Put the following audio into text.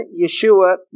Yeshua